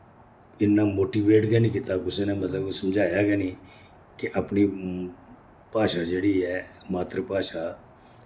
इन्ना मोटीवेट गै नि कीता कुसै नै मतलब के समझाया गै नि कि अपनी म भाशा जेह्ड़ी ऐ मातृभाशा